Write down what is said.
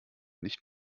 nicht